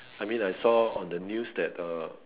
I mean I saw on the news that uh